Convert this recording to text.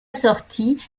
sortie